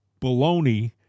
baloney